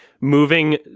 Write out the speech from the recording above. moving